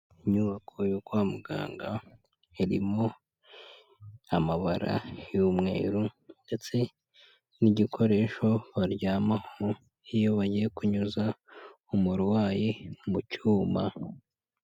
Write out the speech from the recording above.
Inyubako yo kwa muganga irimo amabara y'umweru ndetse n'igikoresho baryamaho iyo bagiye kunyuza umurwayi mu cyuma.